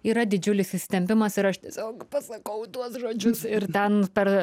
yra didžiulis įsitempimas ir aš tiesiog pasakau tuos žodžius ir ten per